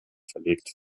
verlegt